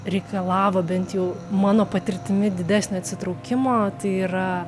reikalavo bent jau mano patirtimi didesnio atsitraukimo tai yra